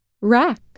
Rack